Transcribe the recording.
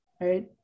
right